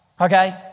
okay